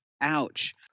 Ouch